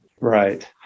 Right